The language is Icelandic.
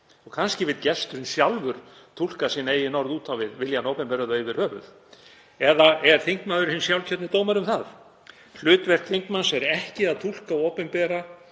Kannski vill gesturinn sjálfur túlka sín eigin orð út á við, vilji hann opinbera þau yfir höfuð. Eða er þingmaðurinn hinn sjálfkjörni dómari um það? Hlutverk þingmanns er ekki að túlka, opinbera